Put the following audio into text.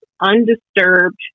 undisturbed